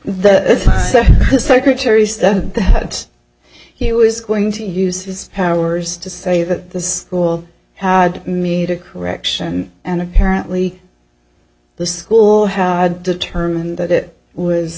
the secretary said that he was going to use his powers to say that this rule had made a correction and apparently the school had determined that it was